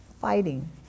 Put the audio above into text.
Fighting